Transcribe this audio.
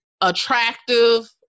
attractive